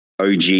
OG